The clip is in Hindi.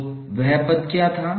तो पद क्या था